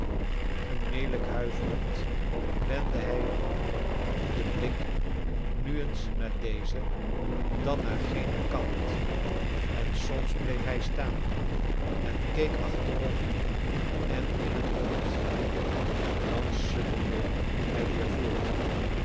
gemelrjk huiverend wendde hij den blik nu eens naar dezen dan naar genen kant en sorns bleef hij staan en keek achterom en in het rond en dan sukkelde hij weer voort